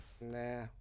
Nah